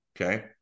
okay